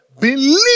believe